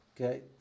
Okay